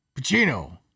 Pacino